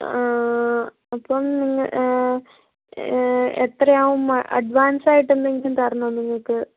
ആ അപ്പം നിങ്ങ് ഏ ഏ എത്രയാവും അഡ്വാൻസായിട്ട് എന്തെങ്കിലും തരണോ നിങ്ങൾക്ക്